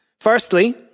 Firstly